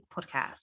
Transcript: Podcast